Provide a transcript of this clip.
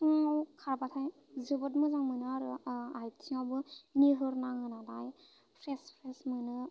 फुङाव खारबाथाय जोबोद मोजां मोनो आरो आइथिंआवबो निहोर नाङो नालाय फ्रेस फ्रेस मोनो